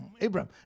Abraham